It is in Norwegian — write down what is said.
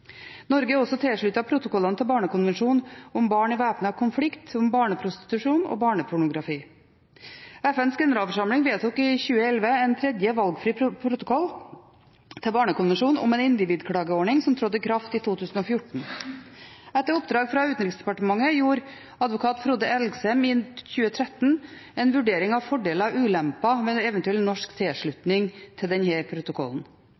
Norge er også tilsluttet protokollene til barnekonvensjonen om barn i væpnet konflikt, om barneprostitusjon og om barnepornografi. FNs generalforsamling vedtok i 2011 en tredje valgfri protokoll til barnekonvensjonen om en individklageordning, som trådte i kraft i 2014. Etter oppdrag fra Utenriksdepartementet gjorde advokat Frode Elgesem i 2013 en vurdering av fordeler og ulemper ved eventuell norsk tilslutning til denne protokollen.